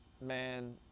Man